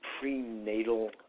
prenatal